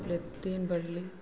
ലത്തീൻ പള്ളി